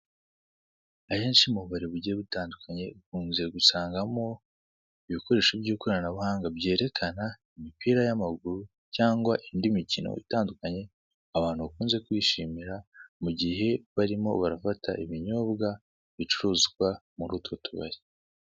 Ahenshi mu bubari bugiye butandukanye ukunze gusangamo ibikoresho by'ikorananabuhanga byerekana imipira y'amaguru cyangwa indi mikino itandukanye abantu bakunze kwishimira mu guhe barimo barafata ibinyobwa bicuruzwa muri utwo tubari.